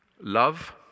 Love